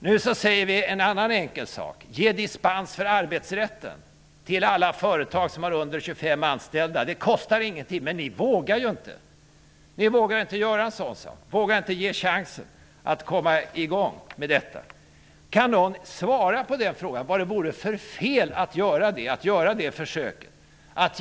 Nu säger vi en annan enkel sak: Ge dispens från LAS, arbetsrätt m.m. för alla företag som har mindre än 25 anställda! Det kostar ingenting. Men ni vågar inte göra en sådan sak. Ni tar inte chansen att komma i gång med detta. Kan någon svara på frågan, vad det vore för fel att göra det försöket?